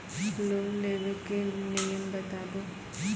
Loan लेबे के नियम बताबू?